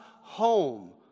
home